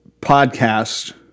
podcast